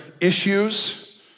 issues